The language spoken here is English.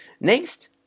Next